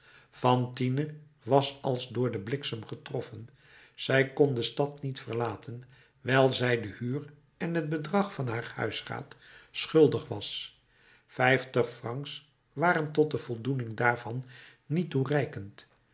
fantine was als door den bliksem getroffen zij kon de stad niet verlaten wijl zij de huur en het bedrag van haar huisraad schuldig was vijftig francs waren tot de voldoening daarvan niet toereikend